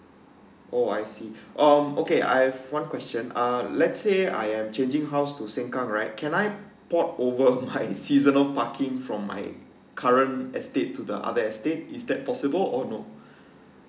oh I see um okay I have one question uh let's say I am changing house to sengkang right can I port over my seasonal parking from my current estate to the other estate is that possible or no